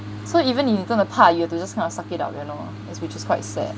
so even if 你真的怕 you have to just kind of stuck it up you know which is quite sad